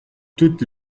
toutes